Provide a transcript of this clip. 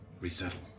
resettle